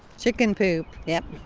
chicken poop. yep